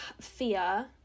fear